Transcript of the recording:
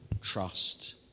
trust